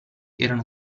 eran